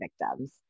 victims